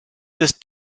this